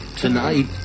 Tonight